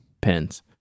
Pens